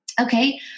Okay